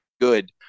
good